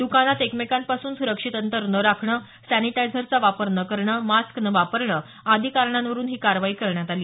द्कानात एकमेकांपासून सुरक्षित अंतर न राखणं सॅनिटायझरचा वापर न करणं मास्क न वापरणं आदी कारणांवरून ही कारवाई करण्यात आली